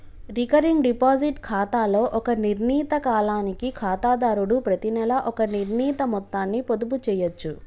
recurring deposit ఖాతాలో ఒక నిర్ణీత కాలానికి ఖాతాదారుడు ప్రతినెలా ఒక నిర్ణీత మొత్తాన్ని పొదుపు చేయచ్చు